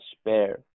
spare